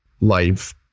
life